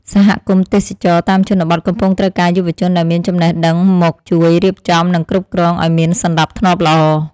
សហគមន៍ទេសចរណ៍តាមជនបទកំពុងត្រូវការយុវជនដែលមានចំណេះដឹងមកជួយរៀបចំ និងគ្រប់គ្រងឱ្យមានសណ្តាប់ធ្នាប់ល្អ។